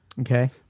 Okay